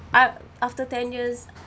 a~ after ten years